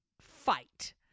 fight